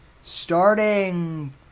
Starting